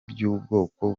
by’ubwoko